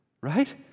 right